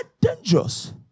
dangerous